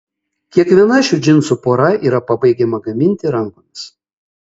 kiekviena šių džinsų pora yra pabaigiama gaminti rankomis